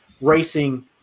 racing